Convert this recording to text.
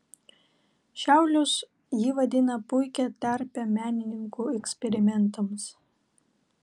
šiaulius ji vadina puikia terpe menininkų eksperimentams